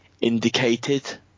indicated